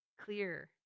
clear